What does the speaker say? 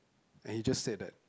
and he just said that